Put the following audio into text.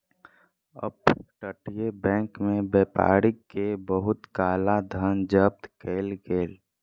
up तटीय bank में व्यापारी के बहुत काला धन जब्त कएल गेल